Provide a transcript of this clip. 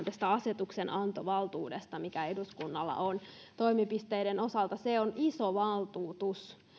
tästä asetuksenantovaltuudesta mikä eduskunnalla on toimipisteiden osalta se on iso valtuutus